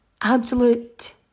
absolute